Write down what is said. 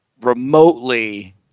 remotely